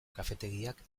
kafetegiak